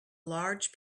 large